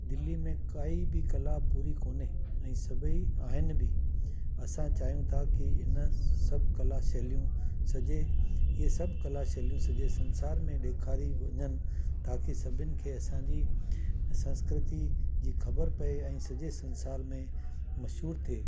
दिल्ली में काई बि कला पूरी कोन्हे ऐं सभई आहिनि बि असां चाहियूं था कि इन सभु कला शैलियूं सॼे ईअं सब कला शैलियूं सॼे संसार मे ॾेखारी वञनि ताकी सभिनि खे असांजी संस्कृति जी ख़बर पए ऐं सॼे संसार में मशहूर थिए